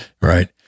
Right